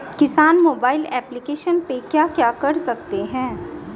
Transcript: किसान mobile application पे क्या क्या कर सकते हैं?